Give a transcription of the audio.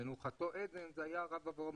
מנוחתו עדן הרב אברמוביץ'